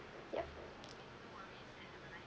yup